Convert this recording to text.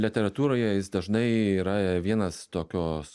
literatūroje jis dažnai yra vienas tokios